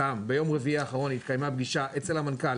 ביום רביעי האחרון התקיימה פגישה אצל המנכ"ל